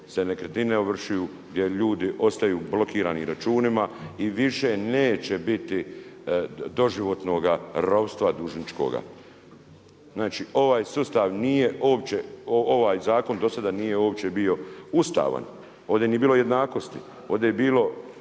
se nekretnine ovršuju, gdje ljudi ostaju blokirani računima i više neće biti doživotnoga ropstva dužničkoga. Znači ovaj sustav nije uopće, ovaj zakon do sada nije uopće bio ustavan, ovdje nije bilo jednakosti. Ovdje je bilo